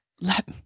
let